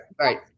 right